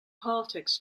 politics